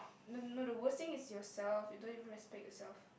no no the worst thing is yourself you don't even respect yourself